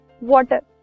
water